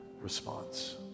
response